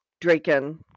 Draken